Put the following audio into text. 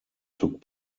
took